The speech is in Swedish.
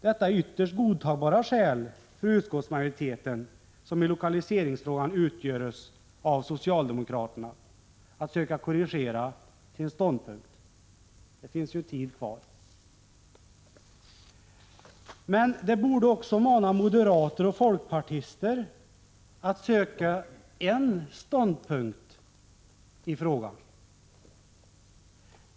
Detta är ytterst godtagbara skäl för utskottsmajoriteten, som i lokaliseringsfrågan utgörs av socialdemokraterna, att söka korrigera sin ståndpunkt — det finns ju tid till det. Men det borde också mana moderater och folkpartister att söka en ståndpunkt i frågan.